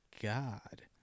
god